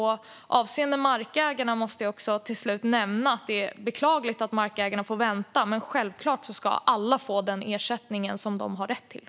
Avseende markägarna måste jag till slut nämna att det är beklagligt att markägarna får vänta, men självklart ska alla få den ersättning som de har rätt till.